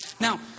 Now